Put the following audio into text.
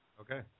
Okay